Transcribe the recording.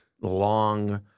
long